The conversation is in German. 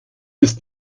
ist